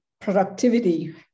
productivity